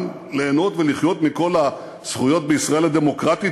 גם ליהנות ולחיות מכל הזכויות בישראל הדמוקרטית,